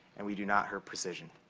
and we do not hurt precision.